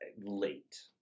late